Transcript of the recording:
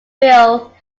bill